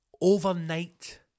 Overnight